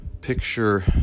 Picture